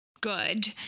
good